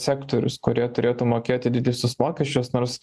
sektorius kurie turėtų mokėti didesnius mokesčius nors